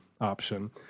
option